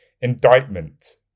indictment